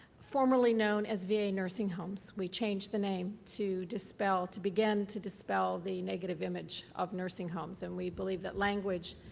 formerly known as va nursing homes. we changed the name to dispel to begin to dispel the negative image of nursing homes, and we believe that language,